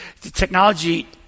technology